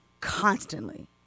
constantly